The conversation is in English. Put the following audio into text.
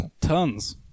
Tons